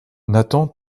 nathan